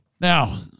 Now